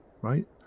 right